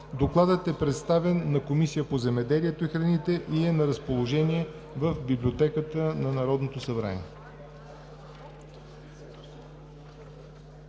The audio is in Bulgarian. Докладът е представен на Комисията по земеделието и храните и е на разположение в Библиотеката на Народното събрание.